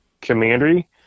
commandery